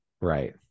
Right